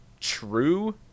true